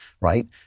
right